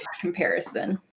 comparison